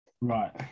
Right